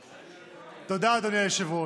תודה, אדוני היושב-ראש.